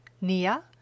Nia